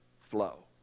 flow